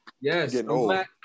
Yes